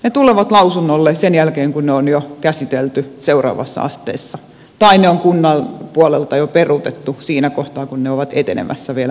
ne tulevat lausunnolle sen jälkeen kun ne on jo käsitelty seuraavassa asteessa tai ne on kunnan puolelta jo peruutettu siinä kohtaa kun ne ovat etenemässä vielä maakuntaliitossa